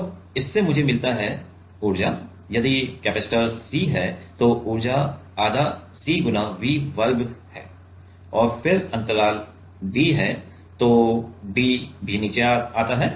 और इससे मुझे मिलता है ऊर्जा यदि कपैसिटर C है तो ऊर्जा आधा CV वर्ग है और फिर अंतराल d है तो d भी नीचे आता है